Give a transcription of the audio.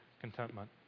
contentment